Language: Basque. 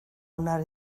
onar